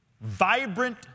vibrant